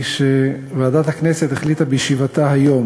היא שוועדת הכנסת החליטה בישיבתה היום